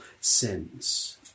sins